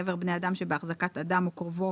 חבר בני אדם שבהחזקת אדם או קרובו